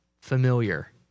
familiar